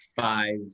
five